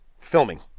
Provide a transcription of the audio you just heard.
filming